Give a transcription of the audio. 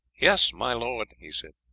yes, my lord, he said.